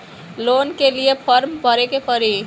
Loan के लिए form भरे के पड़ी?